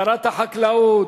שרת החקלאות,